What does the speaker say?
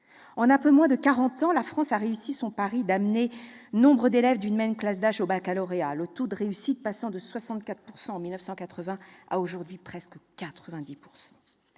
En un peu moins de quarante ans, la France a réussi son pari d'amener nombre d'élèves d'une même classe d'âge au baccalauréat, le taux de réussite passant de 64 % en 1980 à presque 90